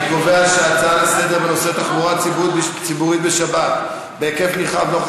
אני קובע שההצעה לסדר-היום בנושא התחבורה הציבורית בשבת בהיקף נרחב נוכח